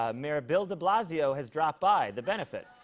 ah mayor bill de blasio has dropped by the benefit.